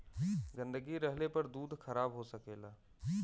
गन्दगी रहले पर दूध खराब हो सकेला